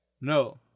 no